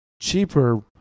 cheaper